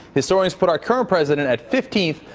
historians put our current president at fifteenth,